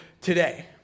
today